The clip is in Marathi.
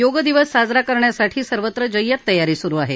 योग दिवस साजरा करण्यासाठी सर्वत्र जय्यत तयारी सुरू आहे